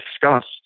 discussed